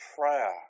prayer